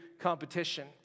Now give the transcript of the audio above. competition